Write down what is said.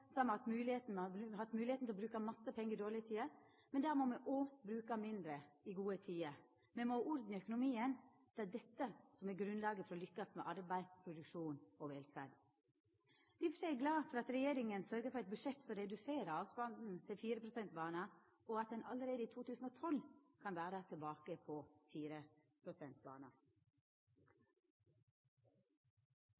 Noreg har me hatt moglegheita til å bruka mange pengar i dårlege tider. Men da må me òg bruka mindre i gode tider. Me må ha orden i økonomien. Det er det som er grunnlaget for å lukkast med arbeid, produksjon og velferd. Difor er eg glad for at regjeringa sørgjer for eit budsjett som reduserer avstanden til 4 pst.-bana, og at ein allereie i 2010 kan vera tilbake på